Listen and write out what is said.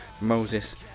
Moses